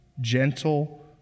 gentle